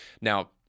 Now